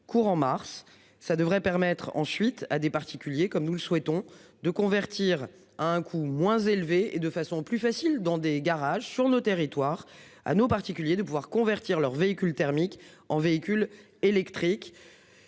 courant mars ça devrait permettre ensuite à des particuliers comme nous le souhaitons de convertir à un coût moins élevé et de façon plus facile dans des garages sur nos territoires anneau particulier de pouvoir convertir leurs véhicules thermiques en véhicules électriques.